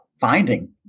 finding